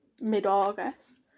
mid-August